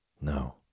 No